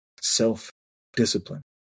self-discipline